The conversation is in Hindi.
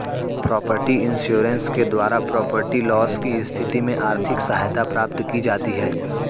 प्रॉपर्टी इंश्योरेंस के द्वारा प्रॉपर्टी लॉस की स्थिति में आर्थिक सहायता प्राप्त की जाती है